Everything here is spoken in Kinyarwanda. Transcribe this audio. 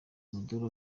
maduro